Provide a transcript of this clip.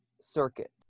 Circuit